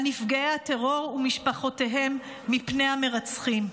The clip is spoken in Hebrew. נפגעי הטרור ומשפחותיהם מפני המרצחים.